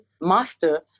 master